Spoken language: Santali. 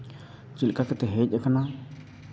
ᱪᱮᱫ ᱞᱮᱠᱟ ᱠᱟᱛᱮᱫ ᱦᱮᱡ ᱠᱟᱱᱟ